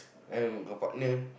then will got partner